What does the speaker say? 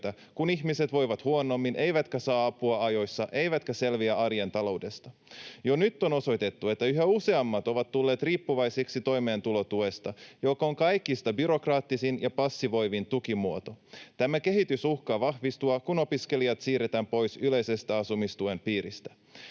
kun ihmiset voivat huonommin eivätkä saa apua ajoissa eivätkä selviä arjen taloudesta. Jo nyt on osoitettu, että yhä useammat ovat tulleet riippuvaisiksi toimeentulotuesta, joka on kaikista byrokraattisin ja passivoivin tukimuoto. Tämä kehitys uhkaa vahvistua, kun opiskelijat siirretään pois yleisen asumistuen piiristä.